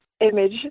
image